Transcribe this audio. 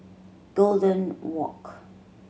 Golden Walk